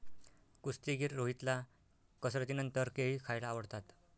कुस्तीगीर रोहितला कसरतीनंतर केळी खायला आवडतात